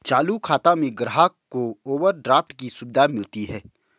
चालू खाता में ग्राहक को ओवरड्राफ्ट की सुविधा मिलती है